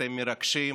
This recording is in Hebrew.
אתם מרגשים.